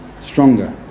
stronger